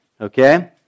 Okay